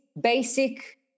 basic